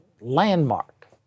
landmark